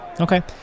Okay